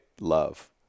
love